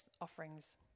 offerings